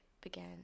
began